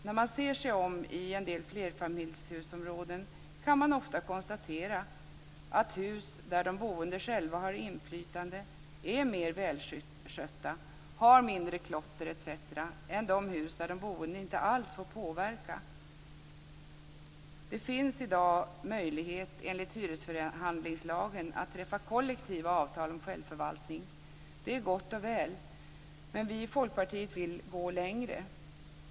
När man ser sig om i en del områden med flerfamiljshus kan man ofta konstatera att hus där de boende själva har inflytande är mer välskötta och har mindre klotter etc. än de hus där de boende inte alls får påverka. Det finns i dag möjlighet via hyresförhandlingslagen att träffa kollektiva avtal om självförvaltning. Det är gott och väl. Men vi i Folkpartiet vill gå längre.